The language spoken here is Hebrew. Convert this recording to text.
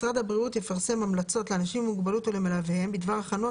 משרד הבריאות יפרסם המלצות לאנשים עם מוגבלות ולמלוויהם בדבר הכנות